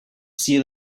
see